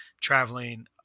traveling